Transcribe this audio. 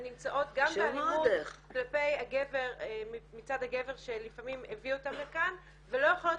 ונמצאות גם באלימות מצד הגבר שלפעמים הביא אותן לכאן ולא יכולות